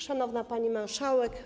Szanowna Pani Marszałek!